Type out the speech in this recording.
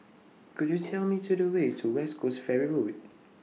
Could YOU Tell Me to The Way to West Coast Ferry Road